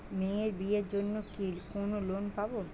মেয়ের বিয়ের জন্য কি কোন লোন পাব?